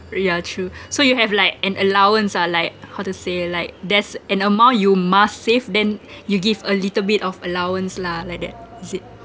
yeah true so you have like an allowance ah like how to say like there's an amount you must save then you give a little bit of allowance lah like that is it